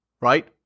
right